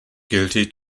guilty